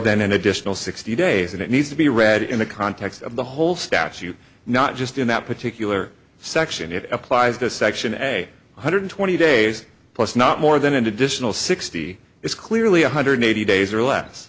than an additional sixty days and it needs to be read in the context of the whole statute not just in that particular section it applies to section eight hundred twenty days plus not more than an additional sixty it's clearly one hundred eighty days or less